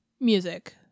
music